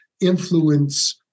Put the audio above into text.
influence